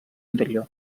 interior